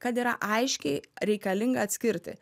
kad yra aiškiai reikalinga atskirti